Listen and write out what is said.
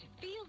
feel